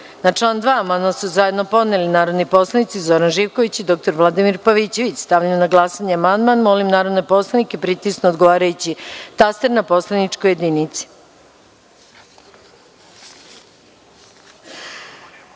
član 2. amandman su zajedno podneli narodni poslanici Zoran Živković i dr Vladimir Pavićević. Stavljam na glasanje amandman. Molim narodne poslanika da pritisnu odgovarajući taster na poslaničkoj